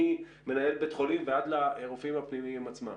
ממנהל בית חולים ועד לרופאים הפנימיים עצמם,